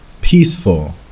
peaceful